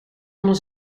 onder